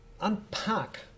unpack